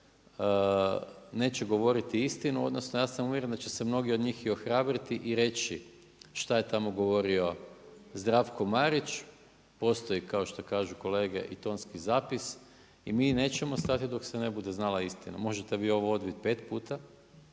neće govoriti istinu, odnosno ja sam uvjeren da će se mnogi od njih i ohrabriti i reći šta je tamo govorio Zdravko Marić, postoji kao što kažu kolege i tonski zapis i mi nećemo stati dok se ne bude znala istina. Možete vi ovo odbit 5 puta,